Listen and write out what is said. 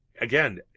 Again